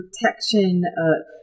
protection